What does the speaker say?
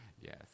Yes